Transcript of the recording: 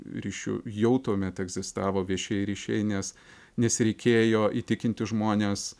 ryšiu jau tuomet egzistavo viešieji ryšiai nes nes reikėjo įtikinti žmones